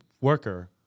worker